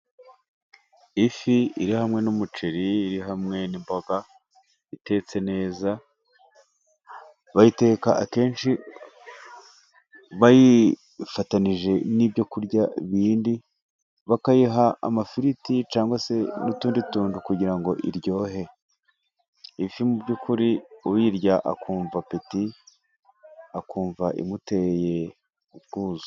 Ifi iri hamwe n’umuceri, iri hamwe n’imboga, itetse neza. Bayiteka akenshi bayifatanyije n’ibyo kurya bindi, bakayiha amafiriti cyangwa se n’utundi tuntu kugira ngo iryohe. Ifi, mu by’ukuri, uyirya akumva apeti, akumva imuteye ubwuzu.